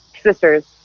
Sisters